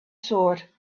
sword